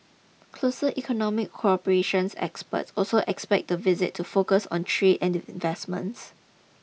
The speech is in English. closer economic cooperation experts also expect the visit to focus on trade and investments